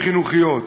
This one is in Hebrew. וחינוכיות.